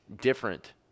different